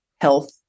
health